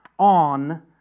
on